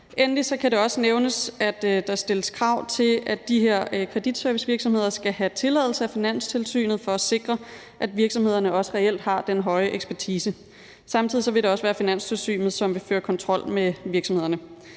Endelig kan det også nævnes, at der stilles krav til, at de her kreditservicevirksomheder skal have tilladelse af Finanstilsynet, for at sikre, at virksomhederne også reelt har den høje ekspertise. Samtidig vil det også være Finanstilsynet, som vil føre kontrol med virksomhederne.